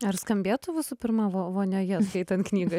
ar skambėtų visų pirma vo vonioje skaitant knygą